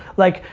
like,